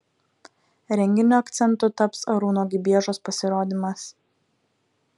renginio akcentu taps arūno gibiežos pasirodymas